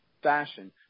fashion